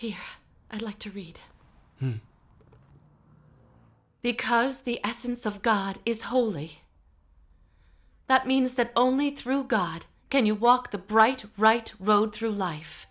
how i like to read because the essence of god is holy that means that only through god can you walk the bright right road through life